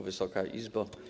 Wysoka Izbo!